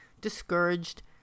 discouraged